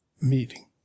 meeting